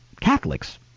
Catholics